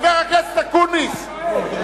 חבר הכנסת אקוניס,